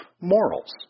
morals